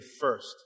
first